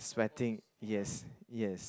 sweating yes yes